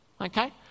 Okay